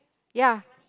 ya